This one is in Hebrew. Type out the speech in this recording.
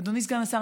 אדוני סגן השר,